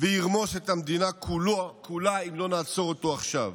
וירמוס את המדינה כולה אם לא נעצור אותו עכשיו.